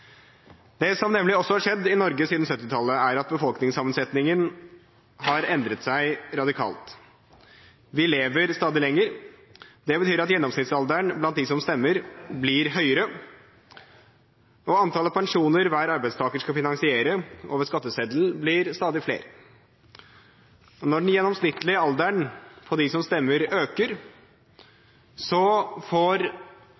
Det som nemlig også har skjedd i Norge siden 1970-tallet, er at befolkningssammensetningen har endret seg radikalt. Vi lever stadig lenger. Det betyr at gjennomsnittsalderen blant dem som stemmer, blir høyere, og antallet pensjoner hver arbeidstaker skal finansiere over skatteseddelen, blir stadig flere. Når den gjennomsnittlige alderen til dem som stemmer,